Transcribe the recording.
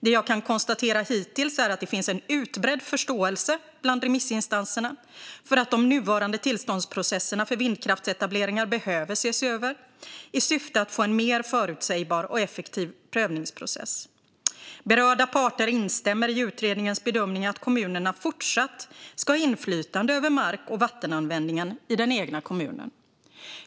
Det jag kan konstatera hittills är att det finns en utbredd förståelse bland remissinstanserna för att de nuvarande tillståndsprocesserna för vindkraftsetableringar behöver ses över, i syfte att få en mer förutsägbar och effektiv prövningsprocess. Berörda parter instämmer i utredningens bedömning att kommunerna fortsatt ska ha inflytande över mark och vattenanvändningen i den egna kommunen.